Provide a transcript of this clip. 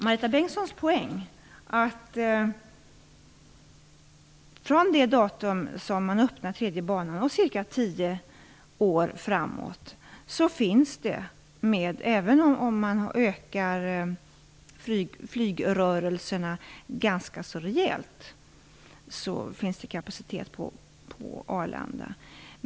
Marita Bengtssons poäng är att det från det datum då man öppnar den tredje banan och ca tio år framåt finns kapacitet på Arlanda även om man ökar flygrörelserna ganska rejält.